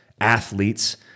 athletes